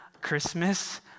Christmas